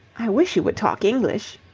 i wish you would talk english.